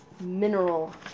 mineral